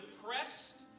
depressed